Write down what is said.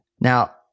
Now